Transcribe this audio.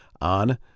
on